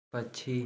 पक्षी